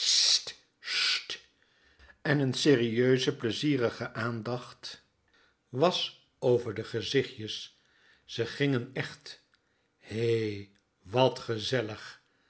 en een serieuze plezierige aandacht was over de gezichtjes ze gingen ècht hè wat gezellig